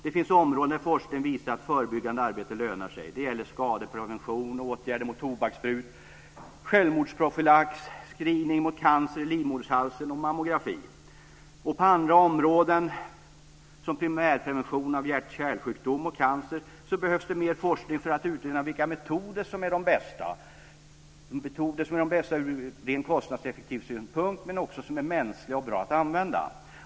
Det finns områden där forskningen visat att förebyggande arbete lönar sig. Det gäller skadeprevention, åtgärder mot tobaksbruk, självmordsprofylax, screening mot cancer i livmoderhalsen och mammografi. På andra områden som primärprevention av hjärtkärlsjukdom och cancer behövs mer forskning för att utröna vilka metoder som är mest kostnadseffektiva och mänskliga och bra att använda.